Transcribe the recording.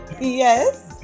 Yes